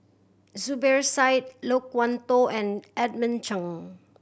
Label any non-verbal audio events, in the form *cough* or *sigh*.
Zubir Said Loke *unintelligible* Tho and Edmund Cheng